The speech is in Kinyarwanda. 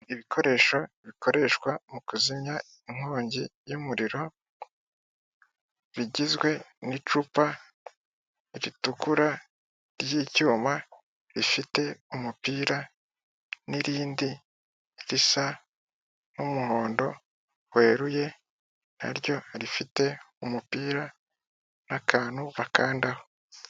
Ibikoresho bikoreshwa mu kuzimya inkongi y'umuriro, rigizwe n'icupa ritukura ry'icyuma, rifite umupira. N'irindi risa n'umuhondo weruye naryo rifite umupira n'akantu bakandaho.